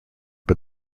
but